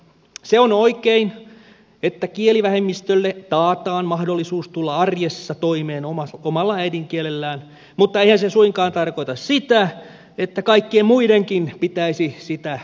se on oikein että kielivähemmistölle taataan mahdollisuus tulla arjessa toimeen omalla äidinkielellään mutta eihän se suinkaan tarkoita sitä että kaikkien muidenkin pitäisi sitä osata